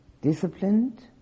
Disciplined